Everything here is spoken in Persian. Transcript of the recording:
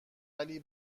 ولی